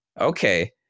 okay